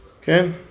okay